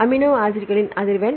amino ஆசிட்களின் அதிர்வெண்